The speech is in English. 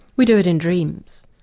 we do it in dreams.